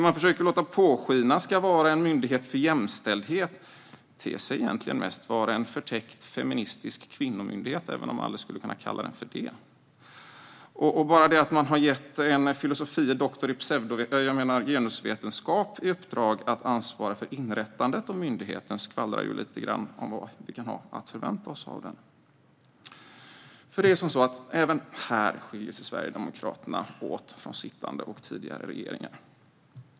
Man försöker låta påskina att det ska vara en myndighet för jämställdhet, men det ter sig egentligen mest vara en förtäckt feministisk kvinnomyndighet, även om man aldrig skulle kunna kalla den för det. Och bara det att man har gett en filosofie doktor i pseudovetenskap, jag menar genusvetenskap, i uppdrag att ansvara för inrättandet av myndigheten skvallrar lite grann om vad vi kan förvänta oss av den. Även här skiljer sig Sverigedemokraterna från sittande och tidigare regeringar.